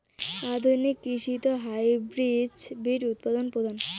আধুনিক কৃষিত হাইব্রিড বীজ উৎপাদন প্রধান